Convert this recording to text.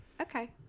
Okay